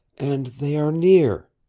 and they are near,